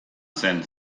zen